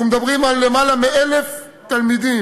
אנחנו מדברים על יותר מ-1,000 תלמידים,